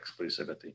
exclusivity